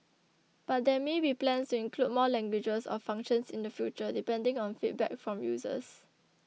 but there may be plans to include more languages or functions in the future depending on feedback from users